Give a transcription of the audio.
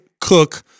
Cook